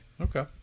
Okay